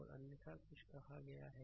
और अन्यथा कुछ कहा गया है